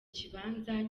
kibanza